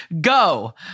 Go